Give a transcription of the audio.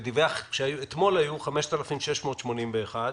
דיווח שאתמול היו 5,681 בדיקות,